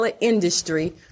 industry